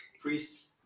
priests